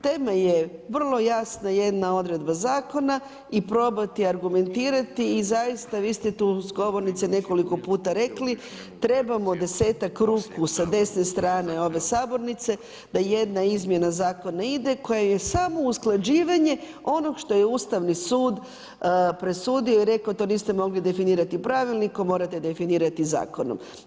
Tema je vrlo jasna jedna odredba zakona i probati argumentirati i zaista vi ste tu s govornice nekoliko puta rekli, trebamo desetak ruku sa desne strane ove sabornice da izmjena zakona ide koja je samo usklađivanje onog što je Ustavni sud presudio i rekao to niste mogli definirati pravilnikom, morate definirati zakonom.